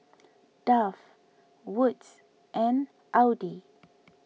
Dove Wood's and Audi